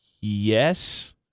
Yes